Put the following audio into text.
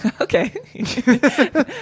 Okay